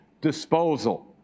disposal